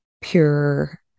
pure